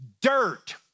dirt